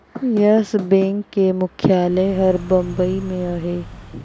yes Bank के मुख्यालय हर बंबई में अहे